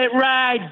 ride